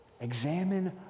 Examine